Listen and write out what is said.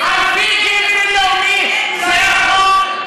על פי דין בין-לאומי זה החוק.